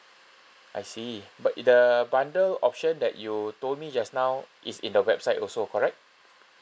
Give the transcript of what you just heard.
I see but it the bundle option that you told me just now it's in the website also correct